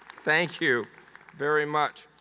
thank you very much.